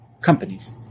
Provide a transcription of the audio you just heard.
companies